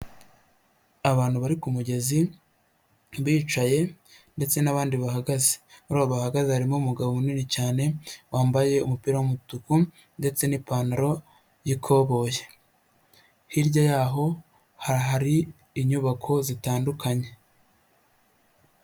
Abantu bari ku mugezi bicaye ndetse n'abandi bahagaze, muri bahagaze harimo umugabo munini cyane wambaye umupira w'umutuku ndetse n'pantaro yi'ikoboyi, hirya yaho hari inyubako zitandukanye.